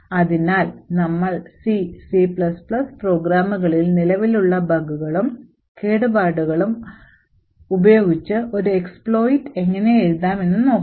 അതിനാൽ നമ്മൾ CC പ്രോഗ്രാമുകളിൽ നിലവിലുള്ള ബഗുകളും കേടുപാടുകളും ഉപയോഗിച്ച് ഒരു എക്സ്പ്ലോയിറ്റ് എങ്ങനെ എഴുതാം എന്ന് നോക്കാം